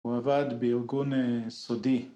‫הוא עבד בארגון סודי.